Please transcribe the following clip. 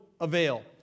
avail